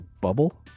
bubble